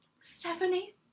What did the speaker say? Stephanie